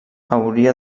hauria